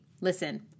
listen